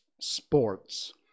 sports